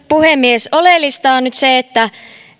puhemies oleellista on nyt se että